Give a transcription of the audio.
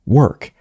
work